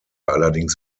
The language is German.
allerdings